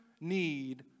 need